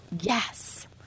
Yes